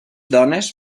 dones